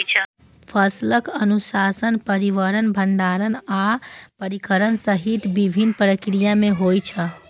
फसलक नुकसान परिवहन, भंंडारण आ प्रसंस्करण सहित विभिन्न प्रक्रिया मे होइ छै